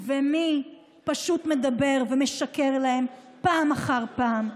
ומי פשוט מדבר ומשקר להם פעם אחר פעם.